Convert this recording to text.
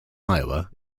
iowa